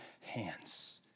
hands